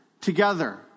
together